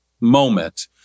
moment